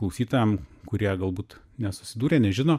klausytojam kurie galbūt nesusidūrė nežino